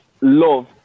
love